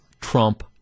Trump